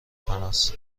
فناس